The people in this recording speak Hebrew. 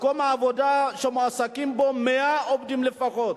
מקום עבודה שמועסקים בו 100 עובדים לפחות,